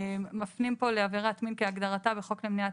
מפנים פה לעבירת מין כהגדרתה בחוק למניעת